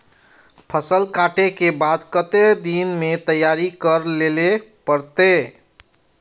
फसल कांटे के बाद कते दिन में तैयारी कर लेले पड़ते?